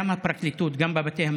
גם הפרקליטות, גם בבתי המשפט,